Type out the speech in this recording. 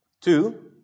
Two